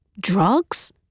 Drugs